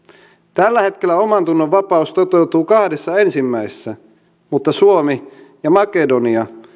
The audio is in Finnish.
tällä hetkellä omantunnonvapaus toteutuu kahdessa ensimmäisessä mutta suomi ja makedonia